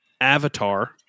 Avatar